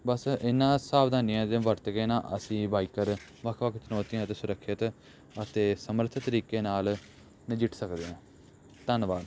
ਬਸ ਇਹਨਾਂ ਸਾਵਧਾਨੀਆਂ ਦੇ ਵਰਤ ਕੇ ਨਾ ਅਸੀਂ ਬਾਈਕਰ ਵੱਖ ਵੱਖ ਚੁਣੌਤੀਆਂ ਅਤੇ ਸੁਰੱਖਿਅਤ ਅਤੇ ਸਮਰੱਥ ਤਰੀਕੇ ਨਾਲ ਨਜਿੱਠ ਸਕਦੇ ਹਾਂ ਧੰਨਵਾਦ